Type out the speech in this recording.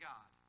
God